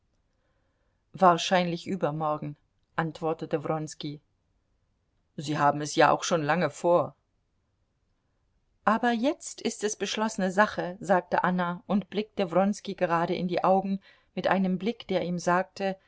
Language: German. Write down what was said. wahrscheinlich übermorgen antwortete wronski sie haben es ja auch schon lange vor aber jetzt ist es beschlossene sache sagte anna und blickte wronski gerade in die augen mit einem blick der ihm sagte